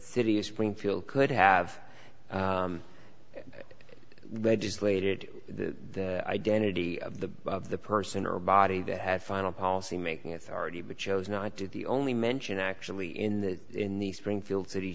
city springfield could have legislated the identity of the of the person or a body that had final policy making authority but chose not to the only mention actually in that in the springfield city